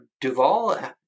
Duval